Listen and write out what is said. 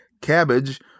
cabbage